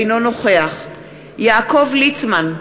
אינו נוכח יעקב ליצמן,